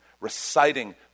reciting